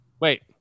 Wait